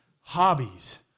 hobbies